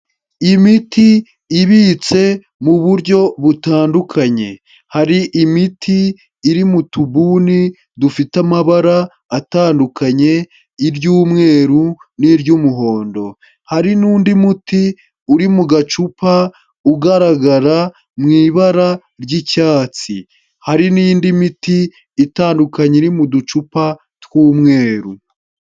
Imiti ibitse mu buryo butandukanye. Hari imiti iri mu tubuni dufite amabara atandukanye, iry'umweru n'iry'umuhondo. Hari n'undi muti uri mu gacupa, ugaragara mu ibara ry'icyatsi. Hari n'indi miti itandukanye iri mu ducupa tw'umweru.